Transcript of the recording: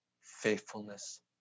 faithfulness